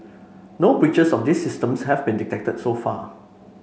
no breaches of these systems have been detected so far